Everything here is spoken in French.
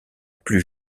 plus